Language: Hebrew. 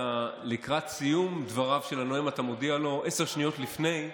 לקראת סיום דבריו של הנואם אתה מודיע לו עשר שניות לפני,